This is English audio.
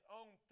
own